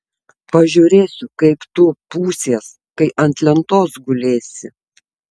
pažiūrėsiu kaip tu pūsies kai ant lentos gulėsi